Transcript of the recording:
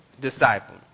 disciple